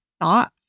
thoughts